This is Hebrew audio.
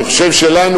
אני חושב שלנו,